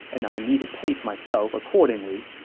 and i need to pace myself accordingly